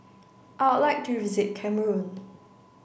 I would like to visit Cameroon